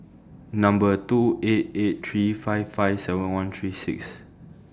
Number two eight eight three five five seven one three six